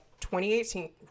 2018